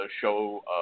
show